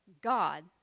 God